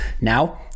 Now